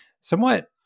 somewhat